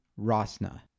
Rosna